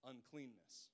uncleanness